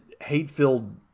hate-filled